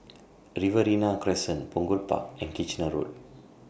Riverina Crescent Punggol Park and Kitchener Road